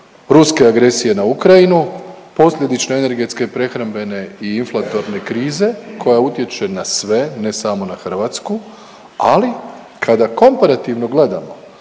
ruske agresije na Ukrajinu, posljedično energetske prehrambene i inflatorne krize koja utječe na sve, ne samo na Hrvatsku, ali kada komparativno gledamo,